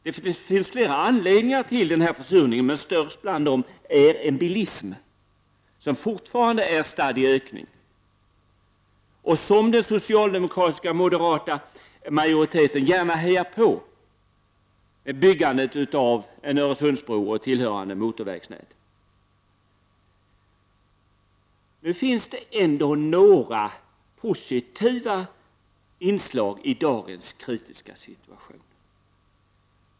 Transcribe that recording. Det finns flera anledningar till den här försurningen, men störst bland dem är en bilism som fortfarande är stadd i ökning och som den socialdemokratiska och moderata majoriteten gärna hejar på med byggande av en Öresundsbro och tillhörande motorvägsnät. Det finns ändå några positiva inslag i dagens kritiska situation.